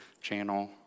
channel